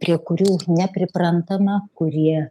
prie kurių nepriprantama kurie